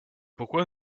pourquoi